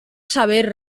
saber